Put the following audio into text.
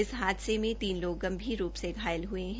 इस हादसे में तीन लोग गंभीर रूप से घायल हुए हैं